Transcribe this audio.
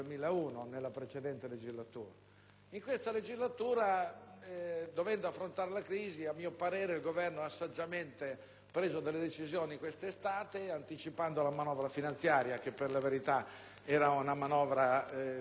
In questa legislatura, dovendo affrontare la crisi, a mio parere il Governo ha saggiamente preso delle decisioni quest'estate, ad esempio anticipando la manovra finanziaria che, per la verità, era molto semplificata,